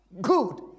good